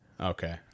Okay